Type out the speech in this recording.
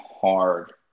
hard